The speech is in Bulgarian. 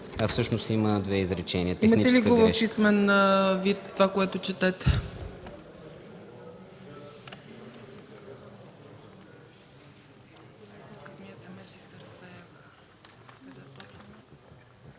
а всъщност има две изречения. Това е техническа грешка.